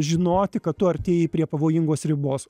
žinoti kad tu artėji prie pavojingos ribos